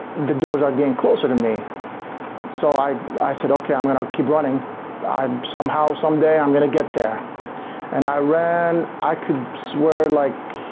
the, doors are getting closer to me so i i said, okay i'm gonna keep running i'm somehow someday i'm gonna get there and i ran i could swear like